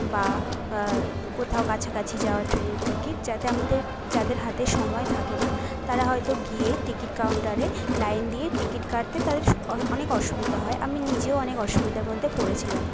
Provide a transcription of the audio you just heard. বা কোথাও কাছাকাছি যাওয়ার ট্রেনের টিকিট যাতে আমাদের যাদের হাতে সময় থাকে না তারা হয়তো গিয়ে টিকিট কাউন্টারে লাইন দিয়ে টিকিট কাটতে তাদের অনেক অসুবিধা হয় আমি নিজেও অনেক অসুবিধার মধ্যে পড়েছিলাম